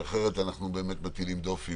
כי אחרת אנחנו מטילים דופי